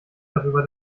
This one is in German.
darüber